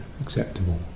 acceptable